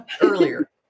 Earlier